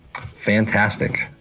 Fantastic